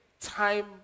time